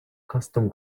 custom